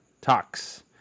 Talks